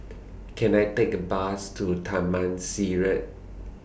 Can I Take A Bus to Taman Sireh